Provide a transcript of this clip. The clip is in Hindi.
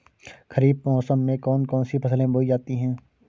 खरीफ मौसम में कौन कौन सी फसलें बोई जाती हैं?